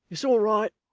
it's all right